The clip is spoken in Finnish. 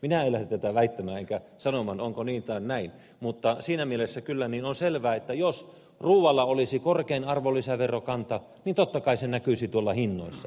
minä en lähde tätä väittämään enkä sanomaan onko niin tai näin mutta siinä mielessä kyllä on selvä että jos ruoalla olisi korkein arvonlisäverokanta niin totta kai se näkyisi tuolla hinnoissa